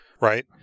Right